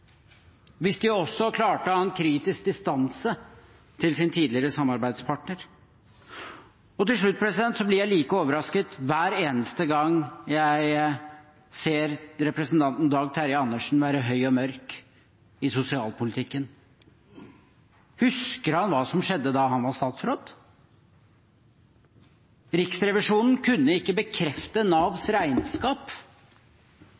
hvis de også klarte å ha en kritisk distanse til sin tidligere samarbeidspartner. Til slutt: Jeg blir like overrasket hver eneste gang jeg ser representanten Dag Terje Andersen være høy og mørk i sosialpolitikken. Husker han hva som skjedde da han var statsråd? Riksrevisjonen kunne ikke bekrefte